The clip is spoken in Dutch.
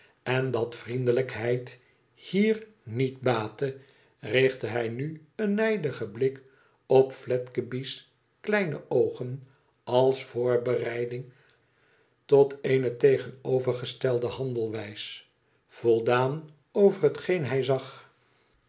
en dat vriendelijkheid hier niet baatte richtte htj nu een nijdigen blik op fledeby's kleine oogen als voorbereiding tot eene tegenovergestelde handelwijs voldaan over hetgeen hij zag